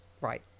Right